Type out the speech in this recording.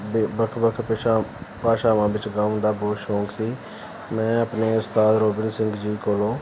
ਦੇ ਵੱਖ ਵੱਖ ਭਾਸ਼ਾ ਭਾਸ਼ਾਵਾਂ ਵਿੱਚ ਗਾਉਣ ਦਾ ਬਹੁਤ ਸ਼ੌਕ ਸੀ ਮੈਂ ਆਪਣੇ ਉਸਤਾਦ ਰੋਬਿਨ ਸਿੰਘ ਜੀ ਕੋਲੋਂ